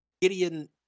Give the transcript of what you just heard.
Gideon